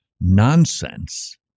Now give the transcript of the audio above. nonsense